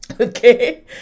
Okay